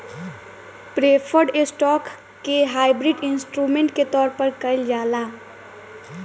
preferred stock के hybrid instrument के तौर पर कइल जाला